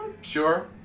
sure